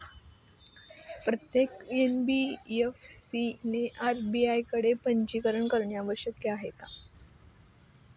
प्रत्येक एन.बी.एफ.सी ने आर.बी.आय कडे पंजीकरण करणे आवश्यक आहे का?